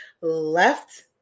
left